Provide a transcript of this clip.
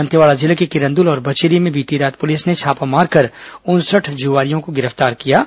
दंतेवाड़ा जिले के किरंदुल और बचेली में बीती रात पुलिस ने छापा मारकर उनसठ जुआरियों को गिर पतार किया है